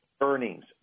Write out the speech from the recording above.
earnings